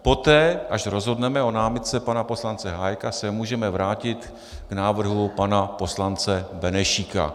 Poté, až rozhodneme o námitce pana poslance Hájka, se můžeme vrátit k návrhu pana poslance Benešíka.